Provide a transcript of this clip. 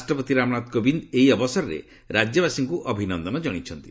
ରାଷ୍ଟ୍ରପତି ରାମନାଥ କୋବିନ୍ଦ ଏହି ଅବସରରେ ରାଜ୍ୟବାସୀଙ୍କୁ ଅଭିନନ୍ଦନ ଜଣାଇଛନ୍ତି